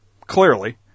clearly